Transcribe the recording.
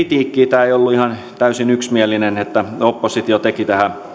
ihan täysin yksimielinen oppositio teki